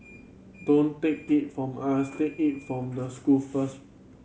don't take it from us take it from the school first